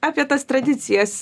apie tas tradicijas ir